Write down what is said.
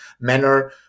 manner